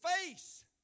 face